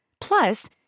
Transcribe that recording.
Plus